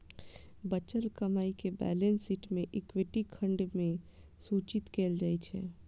बचल कमाइ कें बैलेंस शीट मे इक्विटी खंड मे सूचित कैल जाइ छै